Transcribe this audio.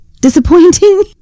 disappointing